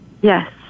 Yes